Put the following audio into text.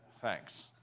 Thanks